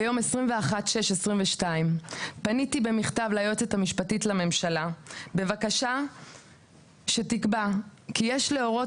ביום 21.6.22 פניתי במכתב ליועצת המשפטית לממשלה בבקשה שתקבע כי יש להורות